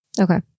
Okay